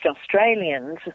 Australians